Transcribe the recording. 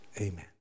amen